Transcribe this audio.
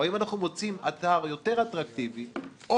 או האם אנחנו מוצאים אתר יותר אטרקטיבי או